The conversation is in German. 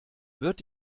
wird